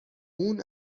اون